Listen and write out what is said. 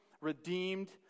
redeemed